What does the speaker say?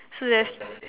so there's